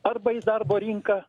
arba į darbo rinką